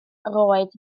roedd